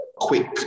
quick